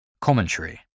commentary